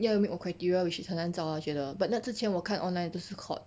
要 meet 我 criteria which is 很难找 lah 我觉得 but 那之前我看 online 不是 courts